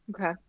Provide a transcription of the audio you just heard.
okay